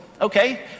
Okay